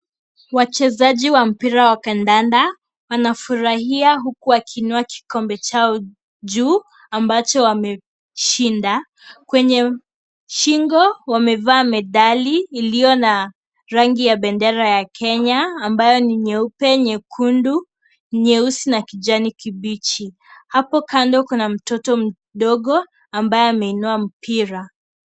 Wachezaji wa mpira wa kandanda wanafurahia huku wakiinua kikombe Chao juu ambacho wameshinda. Kwenye shingo wamevaa medali iliyo na rangi ya pendera ya Kenya, ambayo ni nyeupe, nyekundu, nyeusi na kijani kibichi. Hapo kando kuna mtoto mdogo ambaye ameinua mpira.